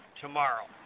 Tomorrow